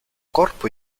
corpo